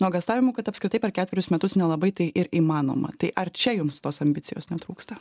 nuogąstavimų kad apskritai per ketverius metus nelabai tai ir įmanoma tai ar čia jums tos ambicijos netrūksta